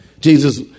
Jesus